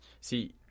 see